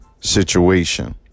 situation